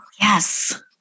yes